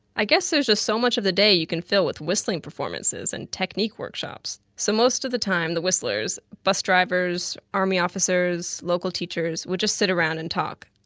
i guess there's just so much of the day you can fill with whistling performances and technique workshops, so most of the time the whistlers bus drivers, army officers, local teachers would just sit around and talk.